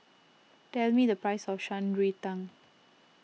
tell me the price of Shan Rui Tang